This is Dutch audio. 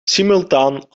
simultaan